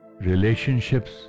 Relationships